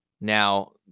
Now